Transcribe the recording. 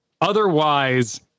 Otherwise